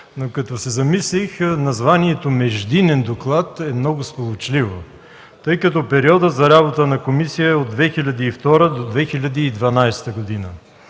Като се замислих, названието „междинен доклад” е много сполучливо, тъй като периодът за работата на комисията е от 2002 г. до 2012 г., а